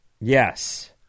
Yes